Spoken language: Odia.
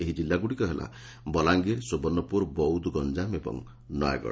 ଏହି ଜିଲ୍ଲାଗୁଡ଼ିକ ହେଲା ବଲାଙିର ସୁବର୍ଣ୍ଣପୁର ବୌଦ୍ଧ ଗଞ୍ଞାମ ଓ ନୟାଗଡ଼